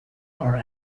are